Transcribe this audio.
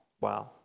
Wow